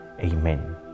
Amen